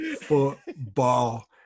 Football